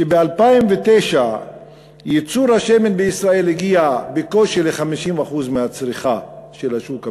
שב-2009 ייצור השמן בישראל הגיע בקושי ל-50% מהצריכה של השוק המקומי,